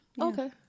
Okay